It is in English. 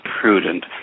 prudent